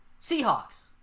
Seahawks